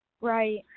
Right